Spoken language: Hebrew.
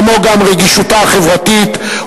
כמו גם רגישותה החברתית,